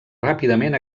ràpidament